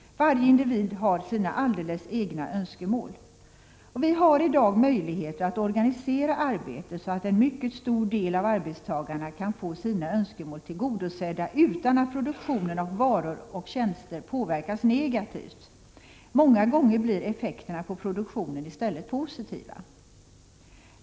Varje individ har sina alldeles egna önskemål. Vi har i dag möjligheter att organisera arbetet så att en mycket stor del av arbetstagarna kan få sina önskemål tillgodosedda utan att produktionen av varor och tjänster påverkas negativt. Många gånger blir effekterna på produktionen i stället positiva.